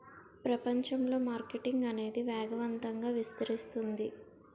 ప్రపంచంలో మార్కెటింగ్ అనేది వేగవంతంగా విస్తరిస్తుంది